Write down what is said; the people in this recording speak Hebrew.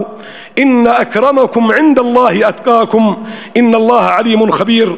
אן אכרמכם ענד אללה אתקאכם אן אללה עלים ח'ביר".